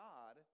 God